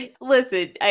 Listen